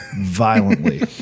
Violently